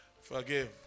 Forgive